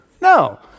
No